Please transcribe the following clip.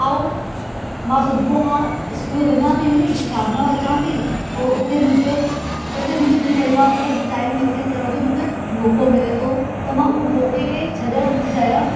ऐं मां सुबुह खां स्कूल वञां थी हली शाम जो अचां थी पोइ उते मुंहिंजो उते मूंखे मुंहिंजे परिवार सां गॾु टाइम व्यतीत करण जो मूंखे मौक़ो मिले थो त मां उहो मौक़े खे छॾणु न थी चाहियां